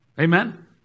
Amen